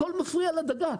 הכול מפריע לדגה.